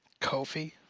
Kofi